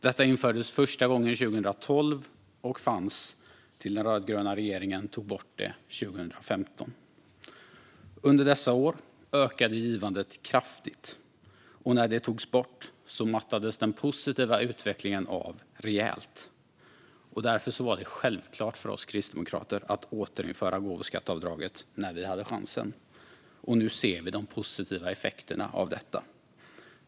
Detta infördes första gången 2012 och fanns till dess att den rödgröna regeringen tog bort det 2015. Under dessa år ökade givandet kraftigt. När det togs bort mattades den positiva utvecklingen av rejält. Därför var det självklart för oss kristdemokrater att återinföra gåvoskatteavdraget när vi hade chansen, och nu ser vi de positiva effekterna av detta.